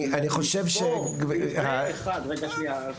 אני